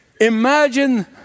Imagine